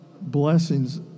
blessings